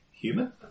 human